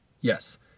yes